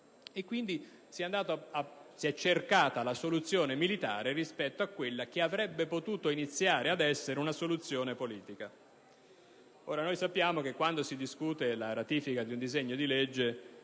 è quindi cercata la soluzione militare rispetto a quella che avrebbe potuto iniziare ad essere una soluzione politica. Sappiamo che quando si discute la conversione di un decreto-legge